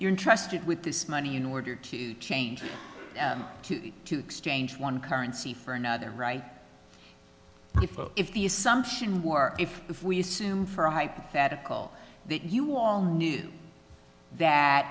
you're interested with this money in order to change it to exchange one currency for another right if the assumption war if if we assume for a hypothetical that you all knew that